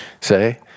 say